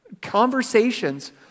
conversations